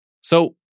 So-